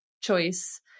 choice